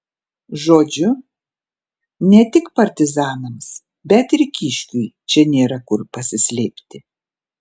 žodžiu ne tik partizanams bet ir kiškiui čia nėra kur pasislėpti